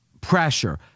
Pressure